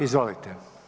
Izvolite.